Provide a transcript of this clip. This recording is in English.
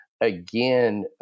Again